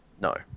No